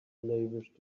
lavish